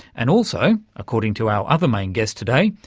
and also according to our other main guest today,